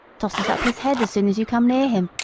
tosses up his head as soon as you come near him,